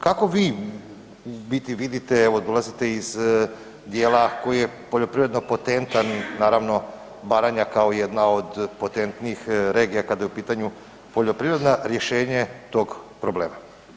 Kako vi u biti vidite, evo dolazite iz dijela koji je poljoprivredno potentan, naravno Baranja kao jedna od potentnijih regija kada je u pitanju poljoprivreda rješenje tog problema?